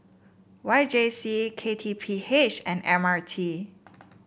Y J C K T P H and M R T